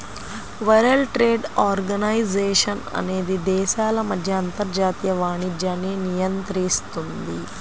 world trade organisation అనేది దేశాల మధ్య అంతర్జాతీయ వాణిజ్యాన్ని నియంత్రిస్తుంది